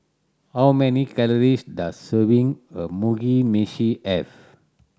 how many calories does serving a Mugi Meshi have